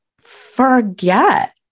forget